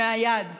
מהיד.